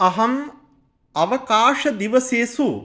अहम् अवकाशदिवसेषु